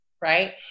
right